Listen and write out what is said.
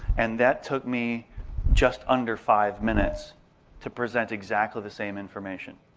and that took me just under five minutes to present exactly the same information.